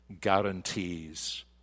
guarantees